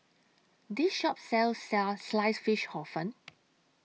This Shop sells Sliced Fish Hor Fun